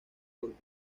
por